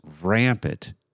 rampant